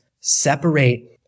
Separate